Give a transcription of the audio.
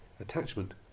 Attachment